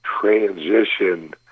transition